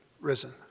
risen